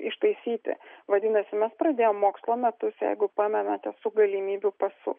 ištaisyti vadinasi mes pradėjom mokslo metus jeigu pamenate su galimybių pasu